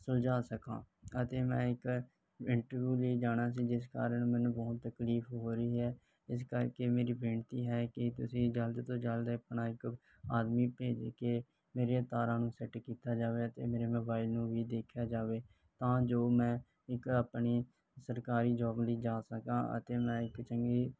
ਸੁਲਝਾ ਸਕਾ ਅਤੇ ਮੈਂ ਇਕ ਇੰਟਰਵਿਊ ਲਈ ਜਾਣਾ ਸੀ ਜਿਸ ਕਾਰਨ ਮੈਨੂੰ ਬਹੁਤ ਤਕਲੀਫ ਹੋ ਰਹੀ ਹੈ ਇਸ ਕਰਕੇ ਮੇਰੀ ਬੇਨਤੀ ਹੈ ਕਿ ਤੁਸੀਂ ਜਲਦ ਤੋਂ ਜਲਦ ਆਪਣਾ ਇੱਕ ਆਦਮੀ ਭੇਜ ਕੇ ਮੇਰੇ ਤਾਰਾਂ ਨੂੰ ਸੈੱਟ ਕੀਤਾ ਜਾਵੇ ਤੇ ਮੇਰੇ ਮੈਂ ਮੋਬਾਇਲ ਨੂੰ ਵੀ ਦੇਖਿਆ ਜਾਵੇ ਤਾਂ ਜੋ ਮੈਂ ਇੱਕ ਆਪਣੀ ਸਰਕਾਰੀ ਜੋਬ ਲਈ ਜਾ ਸਕਾ ਅਤੇ ਮੈ ਇਕ ਚੰਗੀ